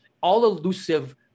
all-elusive